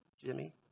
Jimmy